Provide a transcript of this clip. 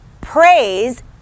praise